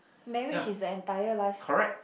marriage is the entire life